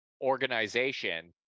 organization